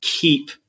keep